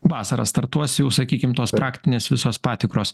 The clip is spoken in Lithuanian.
vasarą startuos jau sakykim tos praktinės visos patikros